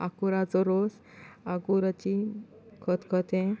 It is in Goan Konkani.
आकुराचो रोस आकुराची खतखतें